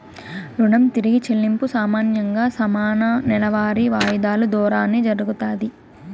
రుణం తిరిగి చెల్లింపు సామాన్యంగా సమాన నెలవారీ వాయిదాలు దోరానే జరగతాది